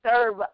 serve